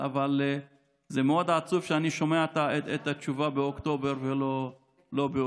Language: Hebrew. אבל זה מאוד עצוב שאני שומע את התשובה באוקטובר ולא באוגוסט.